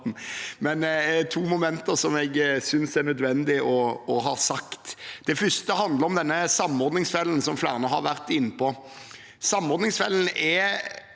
er to momenter som jeg synes er nødvendig å ha med. Det første handler om denne samordningsfellen som flere har vært inne på. Samordningsfellen er